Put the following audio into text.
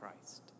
Christ